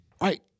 right